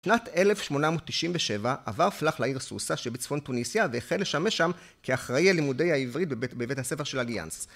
שנת 1897 עבר פלאח לעיר סוסה שבצפון תוניסיה והחל לשמש שם כאחראי על לימודי העברית בבית הספר של אליאנס.